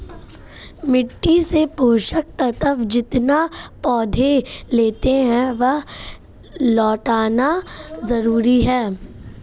मिट्टी से पोषक तत्व जितना पौधे लेते है, वह लौटाना जरूरी है